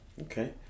Okay